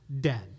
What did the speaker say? dead